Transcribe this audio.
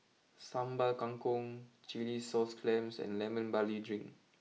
Sambal Kangkong Chilli Sauce Clams and Lemon Barley drink